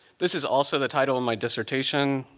this is also the title of my dissertation,